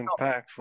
impactful